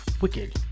Wicked